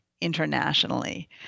internationally